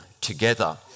together